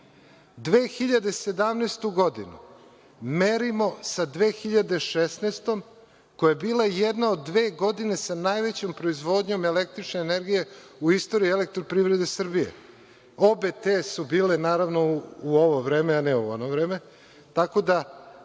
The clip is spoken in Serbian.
2017. merimo sa 2016. koja je bila jedna od dve godine sa najvećom proizvodnjom električne energije u istoriji „Eelektroprivrede“ Srbije. Obe te su bile, naravno u ovo vreme, a ne u ono vreme,